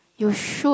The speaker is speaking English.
you should